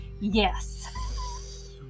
yes